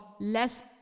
less